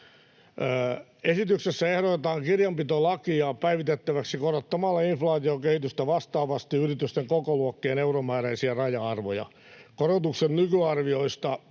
Esityksessä ehdotetaan kirjanpitolakia päivitettäväksi korottamalla inflaatiokehitystä vastaavasti yritysten kokoluokkien euromääräisiä raja-arvoja. Korotukset nykyarvioista